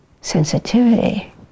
sensitivity